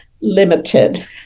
limited